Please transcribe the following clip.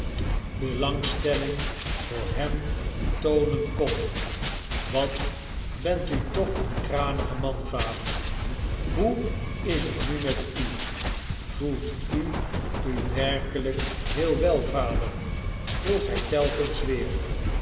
belangstelldng voor hem toonen kon wlat bent u toch een kranige man vader hoe is t nu met u voelt u u werkelijk heel wel vader vroeg hij telken's weer